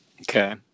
Okay